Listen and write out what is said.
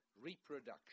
Reproduction